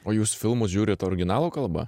o jūs filmus žiūrit originalo kalba